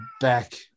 back